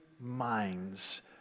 minds